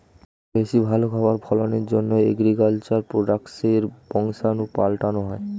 বেশি ভালো খাবার ফলনের জন্যে এগ্রিকালচার প্রোডাক্টসের বংশাণু পাল্টানো হয়